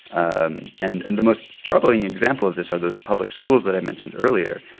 um and and the most troubling example of this are those public schools that i mentioned earlier.